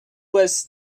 was